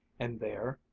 and there,